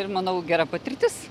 ir manau gera patirtis